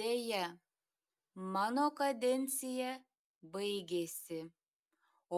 deja mano kadencija baigėsi